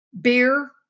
Beer